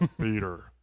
Peter